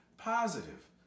Positive